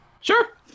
sure